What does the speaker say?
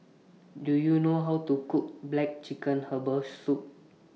Do YOU know How to Cook Black Chicken Herbal Soup